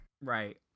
right